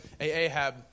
Ahab